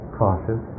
cautious